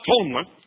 Atonement